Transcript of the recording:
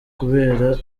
kubera